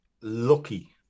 lucky